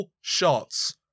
shots